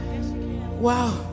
Wow